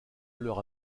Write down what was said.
l’heure